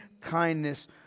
kindness